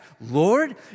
Lord